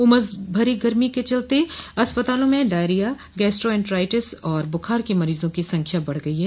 उमस भरी गर्मी के चलते अस्पतालों में डायरिया गैस्ट्रोएंटराइटिस और बुखार के मरीजों की संख्या बढ़ गई है